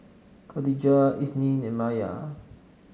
Katijah Isnin and Maya